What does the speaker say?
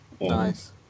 Nice